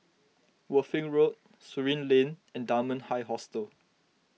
Worthing Road Surin Lane and Dunman High Hostel